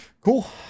Cool